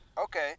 Okay